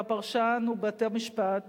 והפרשן הוא בית-המשפט,